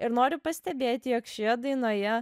ir noriu pastebėti jog šioje dainoje